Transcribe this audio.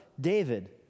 David